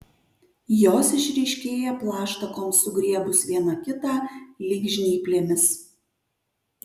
jos išryškėja plaštakoms sugriebus viena kitą lyg žnyplėmis